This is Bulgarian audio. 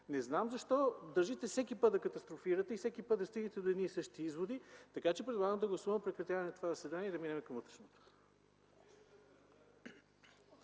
не зная защо държите всеки път да катастрофирате и всеки път да стигате до едни и същи изводи. Така че предлагам да гласуваме прекратяване на това заседание и да минем към утрешното.